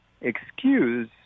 excuse